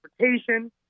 transportation